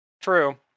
True